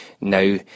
now